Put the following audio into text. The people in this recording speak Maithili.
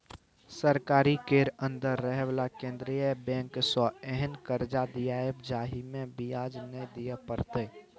सरकारी केर अंदर रहे बला केंद्रीय बैंक सँ एहेन कर्जा दियाएब जाहिमे ब्याज नै दिए परतै